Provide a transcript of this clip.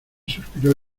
suspiró